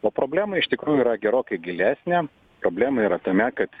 o problema iš tikrųjų yra gerokai gilesnė problema yra tame kad